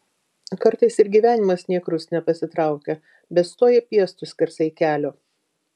kartais ir gyvenimas nė krust nepasitraukia bet stoja piestu skersai kelio